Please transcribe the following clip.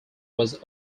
was